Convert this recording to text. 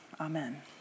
Amen